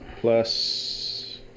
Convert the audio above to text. plus